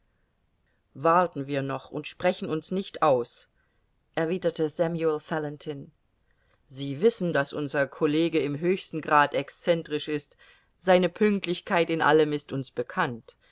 warten wir noch und sprechen uns nicht aus erwiderte samuel fallentin sie wissen daß unser college im höchsten grad excentrisch ist seine pünktlichkeit in allem ist uns bekannt